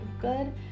good